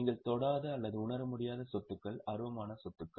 நீங்கள் தொடாத அல்லது உணர முடியாத சொத்துக்கள் அருவமான சொத்துக்கள்